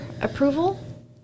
approval